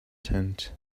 tent